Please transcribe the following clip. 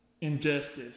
injustice